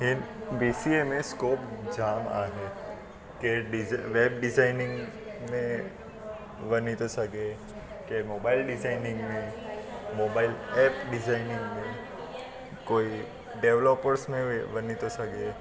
हिन B C A में scope जाम आहे के डिज़ वैब डिजाइनिंग में वञी थो सघे के मोबाइल डिजाइनिंग में मोबाइल ऐप डिजाइनिंग में कोई डैवलपर्स में वञी थो सघे